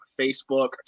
Facebook